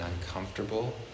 uncomfortable